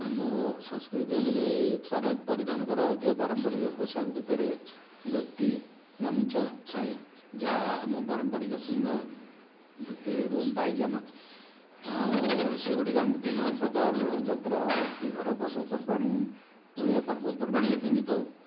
ଆମ ସଂସ୍କୃତି ଅନୁଯାୟୀ ପରିଧାନ କରା ହେଉଥିବା ପାରମ୍ପରିକ ପୋଷାକ ଭିତରେ ଧୋତି ଗାମୁଛା ଥାଏ ଯାହା ଆମ ପାରମ୍ପରିକ ପିନ୍ଧା ଧୋତି ଏବଂ ପାଇଜାମା ଆଉ ସେଗୁଡ଼ିକ ଆମେ ବିଭିନ୍ନ ପ୍ରକାର ଯାତ୍ରା କି ଘର ପର୍ବ ପର୍ବାଣି ଓଡ଼ିଆ ପର୍ବପର୍ବାଣୀରେ ପିନ୍ଧିଥାଉ